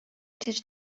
тэр